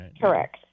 correct